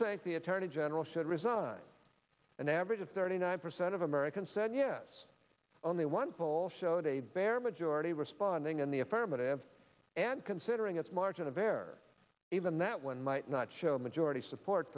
think the attorney general should resign an average of thirty nine percent of americans said yes only one poll showed a bare majority responding in the affirmative and considering its margin of error even that one might not show a majority support